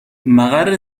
مقر